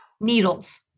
Needles